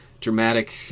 dramatic